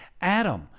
Adam